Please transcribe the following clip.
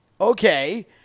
Okay